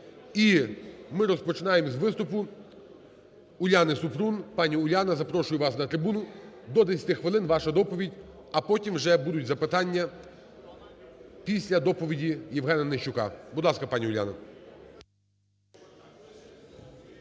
І ми розпочинаємо з виступу Уляни Супрун. Пані Уляна, запрошую вас на трибуну. До 10 хвилин ваша доповідь. А потім вже будуть запитання, після доповіді ЄвгенаНищука. Будь ласка, пані Уляна.